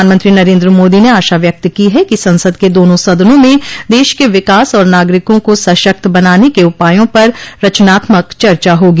प्रधानमंत्री नरेन्द्र मोदी ने आशा व्यक्त की है कि संसद के दोनों सदनों में देश क विकास और नागरिकों को सशक्त बनाने के उपायों पर रचनात्मक चर्चा होगी